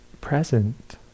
present